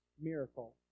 miracle